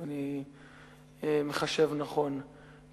אם אני מחשב נכון,